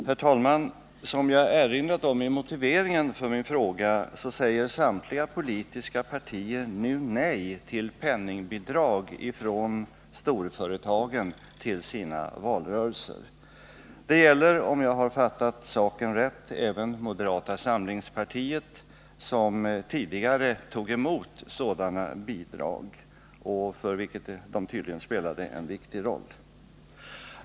Herr talman! Som jag har erinrat om i motiveringen för min fråga säger samtliga politiska partier nu nej till penningbidrag från storföretagen till sina valrörelser. Det gäller, om jag har fattat saken rätt, även moderata samlingspartiet, som tidigare tog emot sådana bidrag och för vilket de tydligen spelade en viktig roll.